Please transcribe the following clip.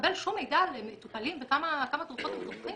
ולקבל שום מידע על מטופלים וכמה תרופות הם צורכים.